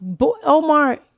Omar